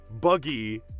Buggy